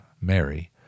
Mary